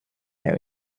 that